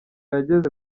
yageze